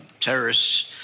terrorists